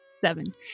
seven